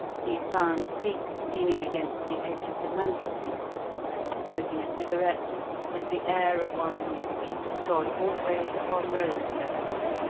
he found cleek leaning against the edge of the mantelpiece and smoking a cigarette with the air of one whose feet trod always upon rose petals,